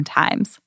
times